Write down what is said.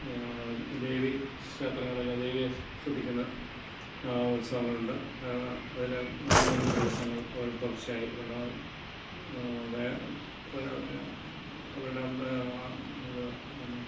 ദേവി ക്ഷേത്രങ്ങളിലെ ദേവിയെ സ്തുതിക്കുന്ന ഉത്സവങ്ങളുണ്ട് അതിൽ നാലും അഞ്ചും ദിവസങ്ങൾ അവരുടെ തുടർച്ചയായി അവരുടെ അവരുടെ പിന്നെ